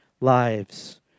lives